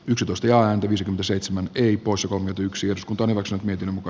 jos ostaja on kyky seitsemän peipos on nyt yksi osku toivosen miten muka